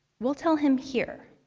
we'll tell him here.